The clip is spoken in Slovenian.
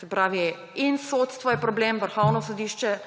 Se pravi, in sodstvo je problem, Vrhovno sodišče,